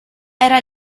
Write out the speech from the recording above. era